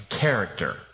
character